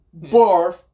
barf